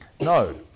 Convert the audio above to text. no